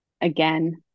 again